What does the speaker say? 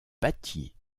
battit